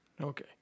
okay